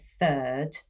third